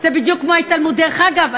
דרך אגב,